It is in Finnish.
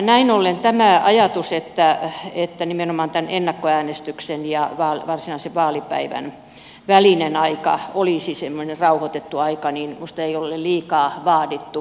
näin ollen tämä ajatus että nimenomaan tämän ennakkoäänestyksen ja varsinaisen vaalipäivän välinen aika olisi semmoinen rauhoitettu aika minusta ei ole liikaa vaadittu